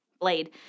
Blade